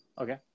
Okay